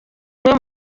umwe